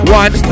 one